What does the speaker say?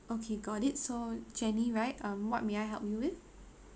okay got it so jenny right um what may I help you with